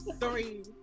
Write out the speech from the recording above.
three